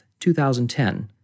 2010